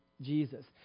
Jesus